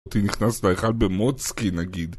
אותי נכנס לאחד במוצקין נגיד